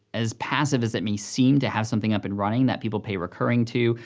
as passive as it may seem, to have something up and running that people pay recurring to,